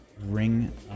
ring